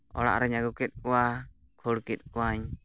ᱚᱲᱟᱜ ᱨᱤᱧ ᱟᱹᱜᱩ ᱠᱮᱫ ᱠᱚᱣᱟ ᱠᱷᱟᱹᱲ ᱠᱮᱫ ᱠᱚᱣᱟᱹᱧ